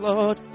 Lord